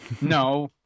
No